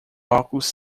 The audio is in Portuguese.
óculos